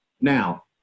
Now